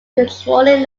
controlling